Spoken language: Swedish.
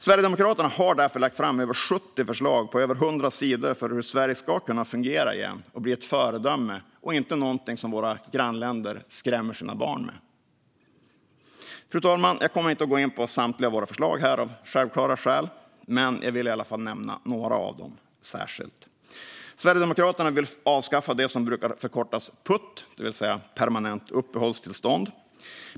Sverigedemokraterna har därför lagt fram över 70 förslag på över 100 sidor om hur Sverige ska kunna fungera igen och bli ett föredöme och inte något som våra grannländer skrämmer sina barn med. Fru talman! Jag kommer inte att gå in på samtliga våra förslag här, av självklara skäl, men jag vill i alla fall nämna några av dem särskilt. Sverigedemokraterna vill avskaffa det som brukar förkortas PUT, det vill säga permanent uppehållstillstånd.